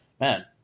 man